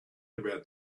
about